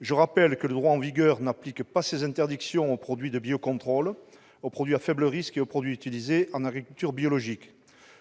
Je rappelle que le droit en vigueur n'applique pas ces interdictions aux produits de biocontrôle, aux produits à faible risque et aux produits utilisés en agriculture biologique.